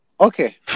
Okay